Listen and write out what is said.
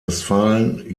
westfalen